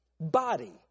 body